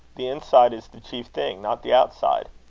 the inside is the chief thing not the outside.